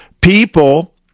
people